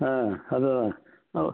அதுதான் ஓ